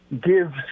give